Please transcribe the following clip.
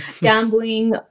Gambling